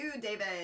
David